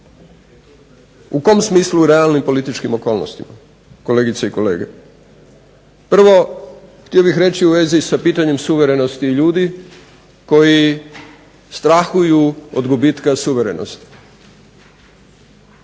U kom smislu realnim političkim okolnostima, kolegice i kolege? Prvo, htio bih reći u vezi sa pitanjem suverenosti i ljudi koji strahuju od gubitka suverenosti,